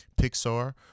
pixar